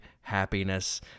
happiness